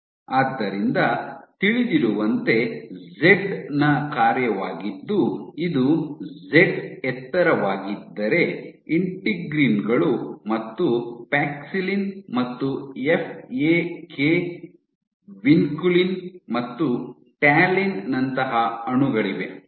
ಆದ್ದರಿಂದ ತಿಳಿದಿರುವಂತೆ ಜೆಡ್ ನ ಕಾರ್ಯವಾಗಿದ್ದು ಇದು ಜೆಡ್ ಎತ್ತರವಾಗಿದ್ದರೆ ಇಂಟಿಗ್ರೀನ್ ಗಳು ಮತ್ತು ಪ್ಯಾಕ್ಸಿಲಿನ್ ಮತ್ತು ಎಫ್ಎಕೆ ವಿನ್ಕುಲಿನ್ ಮತ್ತು ಟ್ಯಾಲಿನ್ ನಂತಹ ಅಣುಗಳಿವೆ